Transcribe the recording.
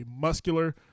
muscular